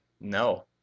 No